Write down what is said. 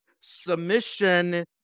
submission